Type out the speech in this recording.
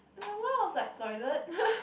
in my mind I was like toilet